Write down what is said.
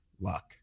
luck